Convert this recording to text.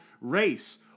race